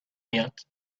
میاد